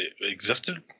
existed